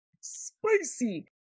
spicy